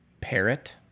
parrot